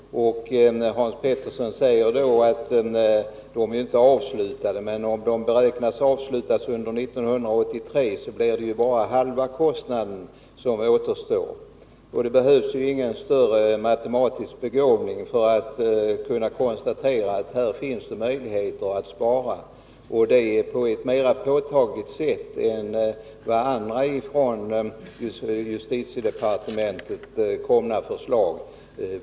Hans Pettersson säger att de inte är avslutade, men om de beräknas avslutas under 1983 återstår ju bara halva kostnaden. Det behövs ingen större matematisk begåvning för att konstatera att det finns möjligheter att spara på det här området, och då på ett mer påtagligt sätt än vad som visas genom andra från justitiedepartementet komna förslag.